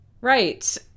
Right